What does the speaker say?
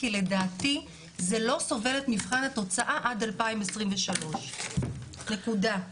כי לדעתי זה לא סובל את מבחן התוצאה עד 2023. נקודה.